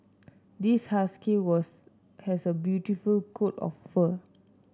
this husky was has a beautiful coat of fur